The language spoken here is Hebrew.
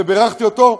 ובירכתי אותו,